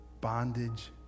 bondage